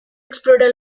explora